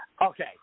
Okay